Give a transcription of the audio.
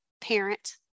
parent